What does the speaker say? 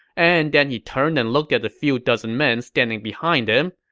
and then he turned and looked at the few dozen men standing behind him,